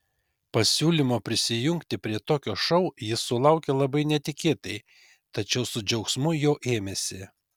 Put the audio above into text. pasiūlymo prisijungti prie tokio šou jis sulaukė labai netikėtai tačiau su džiaugsmu jo ėmėsi